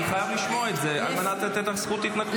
אני חייב לשמוע את זה על מנת לתת לך זכות התנגדות.